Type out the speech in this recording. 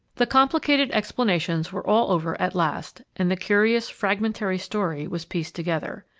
the complicated explanations were all over at last, and the curious, fragmentary story was pieced together.